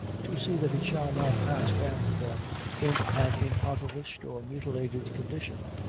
to see that it shall not pass down to them in an impoverished or mutilated condition.